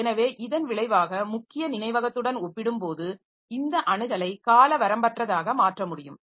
எனவே இதன் விளைவாக முக்கிய நினைவகத்துடன் ஒப்பிடும்போது இந்த அணுகலை காலவரம்பற்றதாக மாற்ற முடியும்